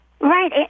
Right